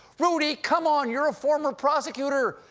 rudy, come on! you're a former prosecutor.